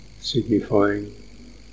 signifying